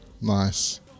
nice